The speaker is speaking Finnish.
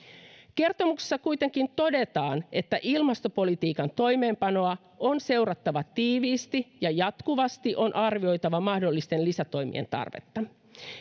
kertomuksessa kuitenkin todetaan että ilmastopolitiikan toimeenpanoa on seurattava tiiviisti ja jatkuvasti on arvioitava mahdollisten lisätoimien tarvetta